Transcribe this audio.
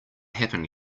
happen